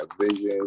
vision